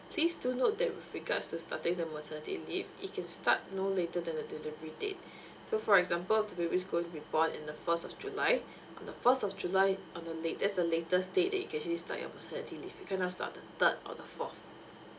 please do note that with regards to starting the maternity leave it can start no later than the delivery date so for example to be which going to be born in the first of july on the first of july on the la~ that's the latest day that you can actually start your maternity leave you cannot start the third or the fourth